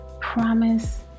promise